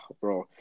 bro